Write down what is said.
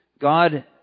God